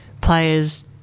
players